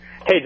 Hey